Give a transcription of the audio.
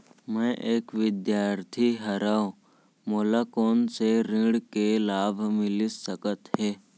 मैं एक विद्यार्थी हरव, मोला कोन से ऋण के लाभ मिलिस सकत हे?